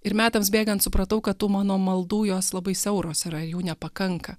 ir metams bėgant supratau kad tų mano maldų jos labai siauros yra jų nepakanka